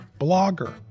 blogger